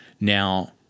Now